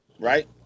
Right